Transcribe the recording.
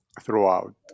throughout